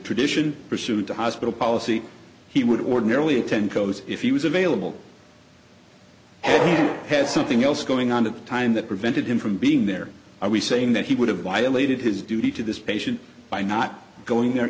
tradition pursued the hospital policy he would ordinarily attend combs if he was available has something else going on at the time that prevented him from being there are we saying that he would have violated his duty to this patient by not going there